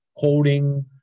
coding